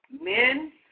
men